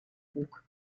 bug